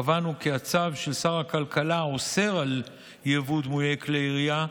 קבענו כי הצו של שר הכלכלה האוסר יבוא דמויי כלי ירייה,